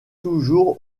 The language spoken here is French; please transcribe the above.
toujours